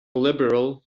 liberal